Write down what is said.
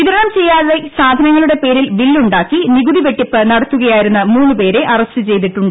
വിതരണം ചെയ്യാതെ സാധനങ്ങളുടെ പേരിൽ ബില്ലുണ്ടാക്കി നികുതി വെട്ടിപ്പ് നടത്തുകയായിരുന്ന മൂന്നുപേരെ അറസ്റ്റ് ചെയ്തിട്ടുണ്ട്